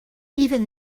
even